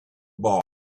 ball